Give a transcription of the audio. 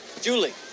Julie